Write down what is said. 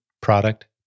Product